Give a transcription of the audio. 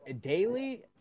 Daily